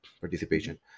participation